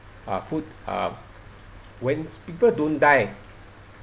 uh food uh when people don't die